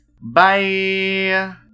Bye